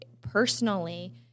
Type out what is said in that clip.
personally